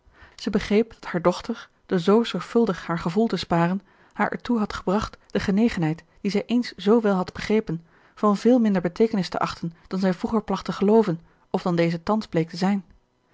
zij begreep dat hare dochter door zoo zorgvuldig haar gevoel te sparen haar ertoe had gebracht de genegenheid die zij eens zoo wel had begrepen van veel minder beteekenis te achten dan zij vroeger placht te gelooven of dan deze thans bleek te zijn